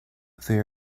they